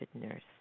nurse